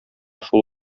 шул